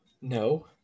No